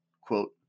quote